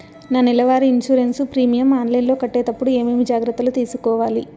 నా నెల వారి ఇన్సూరెన్సు ప్రీమియం ఆన్లైన్లో కట్టేటప్పుడు ఏమేమి జాగ్రత్త లు తీసుకోవాలి?